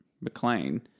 McLean